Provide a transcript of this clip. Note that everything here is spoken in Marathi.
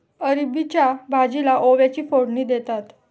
अरबीच्या भाजीला ओव्याची फोडणी देतात